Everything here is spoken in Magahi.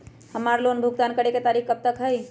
हमार लोन भुगतान करे के तारीख कब तक के हई?